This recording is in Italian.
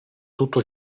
tutto